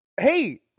hey –